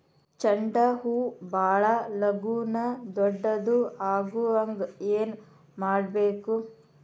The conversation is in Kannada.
ಚಂಡ ಹೂ ಭಾಳ ಲಗೂನ ದೊಡ್ಡದು ಆಗುಹಂಗ್ ಏನ್ ಮಾಡ್ಬೇಕು?